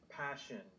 Passion